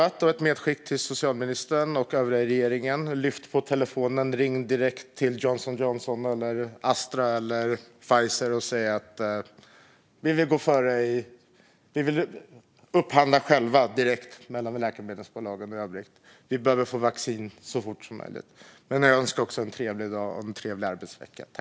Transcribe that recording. Jag vill ge ett medskick till socialministern och alla i regeringen: Lyft telefonen och ring direkt till Johnson & Johnson, Astra Zeneca eller Pfizer och säg att vi vill upphandla själva direkt, för vi behöver få vaccin så fort som möjligt! Jag önskar också en trevlig dag och en trevlig arbetsvecka.